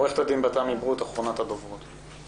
עו"ד בת-עמי ברוט, אחרונת הדוברות, בבקשה.